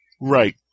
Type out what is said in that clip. Right